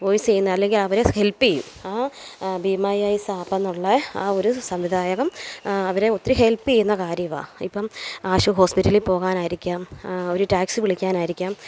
voice ചെയ്യുന്ന അല്ലെങ്കിൽ അവരെ ഹെൽപ്പ് ചെയ്യും ആ ബി മൈ ഐസ് ആപ്പെന്നുള്ള ആ ഒരു സംവിധായകം അവരെ ഒത്തിരി ഹെൽപ്പ് ചെയ്യുന്ന കാര്യമാണ് ഇപ്പം ആശുപത്രി ഹോസ്പിറ്റലി പോകാനായിരിക്കാം ഒരു ടാക്സി വിളിക്കാനായിരിക്കാം